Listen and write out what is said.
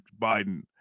Biden